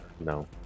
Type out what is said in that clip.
No